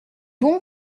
bon